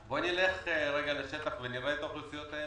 בו נלך לשטח נראה את האוכלוסיות האלה